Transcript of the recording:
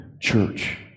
church